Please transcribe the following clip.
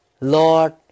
Lord